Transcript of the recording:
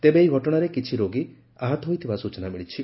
ତେବେ ଏହି ଘଟଶାରେ କିଛି ରୋଗୀ ଆହତ ହୋଇଥିବା ସୂଚନା ମିଳିଛି